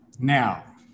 Now